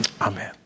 amen